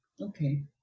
Okay